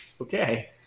Okay